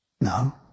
No